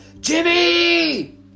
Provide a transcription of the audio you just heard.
Jimmy